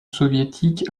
soviétique